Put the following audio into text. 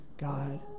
God